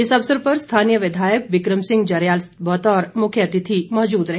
इस अवसर पर स्थानीय विधायक बिक्रम सिंह जरयाल बतौर मुख्यतिथि मौजूद रहे